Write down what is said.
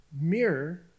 mirror